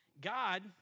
God